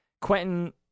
Quentin